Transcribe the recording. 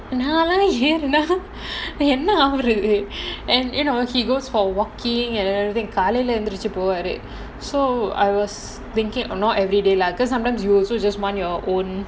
நான் வேற என்ன அவரு:naan vera enna avaru and you know he goes for walking and everything காலைல எந்திரிச்சி போவாரு:kalaila enthirichi povaaru so I was thinking or not everyday lah because sometimes you also just want your own